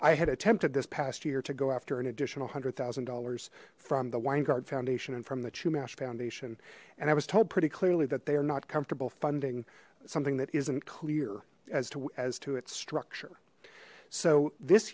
i had attempted this past year to go after an additional hundred thousand dollars from the winegard foundation and from the chumash foundation and i was told pretty clearly that they are not comfortable funding something that isn't clear as to as to its structure so this